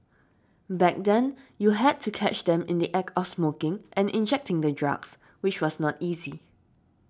back then you had to catch them in the Act of smoking and injecting the drugs which was not easy